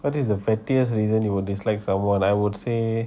what is the pettiest reason you will dislike someone I would say